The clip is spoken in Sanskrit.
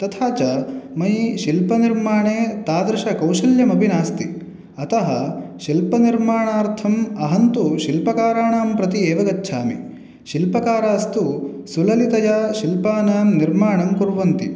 तथा च मयि शिल्पनिर्माणे तादृशकौषल्यमपि नास्ति अतः शिल्पनिर्माणार्थम् अहं तु शिल्पकाराणां प्रति एव गच्छामि शिल्पकारास्तु सुललितया शिल्पाणां निर्माणं कुर्वन्ति